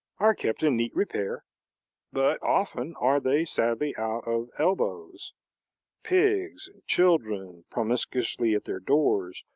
are kept in neat repair but often are they sadly out of elbows pigs and children promiscuously at their doors,